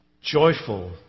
joyful